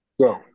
Go